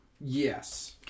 Yes